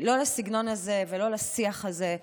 לא לסגנון הזה ולא לשיח הזה.